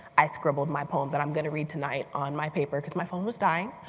i scribbled my poem that i'm going to read tonight on my paper, because my phone was dying,